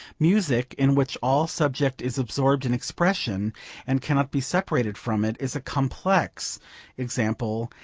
music, in which all subject is absorbed in expression and cannot be separated from it, is a complex example,